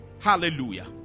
hallelujah